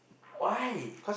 why